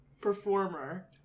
performer